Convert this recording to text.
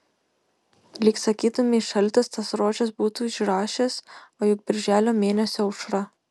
lyg sakytumei šaltis tas rožes būtų išrašęs o juk birželio mėnesio aušra